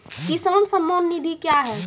किसान सम्मान निधि क्या हैं?